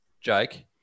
Jake